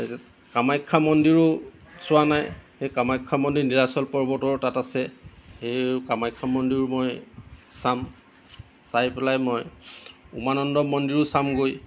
কামাখ্যা মন্দিৰো চোৱা নাই সেই কামাখ্যা মন্দিৰ নীলাচল পৰ্বতৰ তাত আছে সেই কামাখ্যা মন্দিৰো মই চাম চাই পেলাই মই উমানন্দ মন্দিৰো চামগৈ